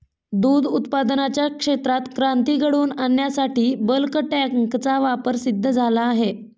दूध उत्पादनाच्या क्षेत्रात क्रांती घडवून आणण्यासाठी बल्क टँकचा वापर सिद्ध झाला आहे